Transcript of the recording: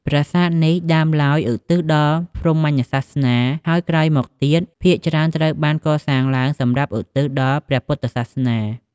ប្រាសាទនេះដើមឡើយឧទ្ទិសដល់ព្រហ្មញ្ញសាសនា ហើយក្រោយមកទៀត ភាគច្រើនត្រូវបានកសាងឡើងសម្រាប់ឧទ្ទិសដល់ព្រះពុទ្ធសាសនា។